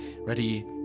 Ready